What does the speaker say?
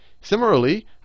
Similarly